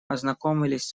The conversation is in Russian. ознакомились